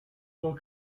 temps